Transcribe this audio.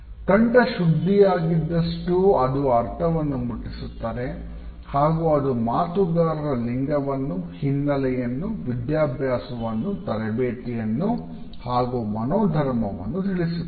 ಕಂಠ ಶುದ್ದಿಯಾಗಿದ್ದಷ್ಟು ಅದು ಅರ್ಥವನ್ನು ಮುಟ್ಟಿಸುತ್ತದೆ ಹಾಗು ಅದು ಮಾತುಗಾರರ ಲಿಂಗವನ್ನು ಹಿನ್ನಲೆಯನ್ನು ವಿಧ್ಯಾಭ್ಯಾಸವನ್ನು ತರಬೇತಿಯನ್ನು ಹಾಗೂ ಮನೋಧರ್ಮವನ್ನು ತಿಳಿಸುತ್ತದೆ